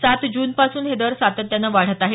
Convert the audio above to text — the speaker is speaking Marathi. सात जूनपासून हे दर सातत्यानं वाढत आहेत